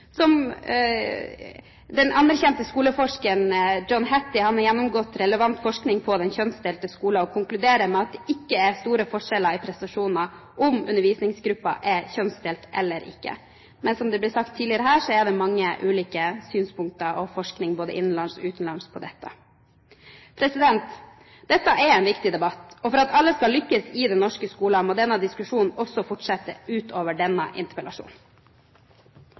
gruppe. Den anerkjente skoleforskeren John Hattie har gjennomgått relevant forskning om den kjønnsdelte skolen, og konkluderer med at det ikke er store forskjeller i prestasjoner om undervisningsgruppen er kjønnsdelt eller ikke. Men som det ble sagt tidligere, er det mange ulike synspunkter og mye forskning både innenlands og utenlands på dette. Dette er en viktig debatt. For at alle skal lykkes i den norske skolen, må denne diskusjonen også fortsette utover denne interpellasjonen.